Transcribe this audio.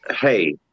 Hey